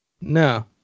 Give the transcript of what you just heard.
no